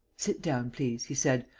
sit down, please, he said,